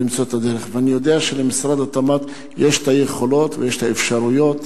ואני יודע שלמשרד התמ"ת יש היכולות והאפשרויות